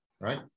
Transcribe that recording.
Right